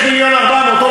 יש מיליון ו-400,000,